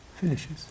finishes